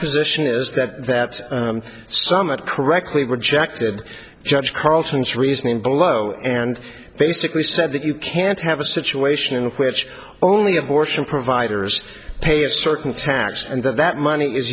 position is that that summit correctly rejected judge carlton's reasoning below and basically said that you can't have a situation in which only abortion providers pay a certain tax and that that money is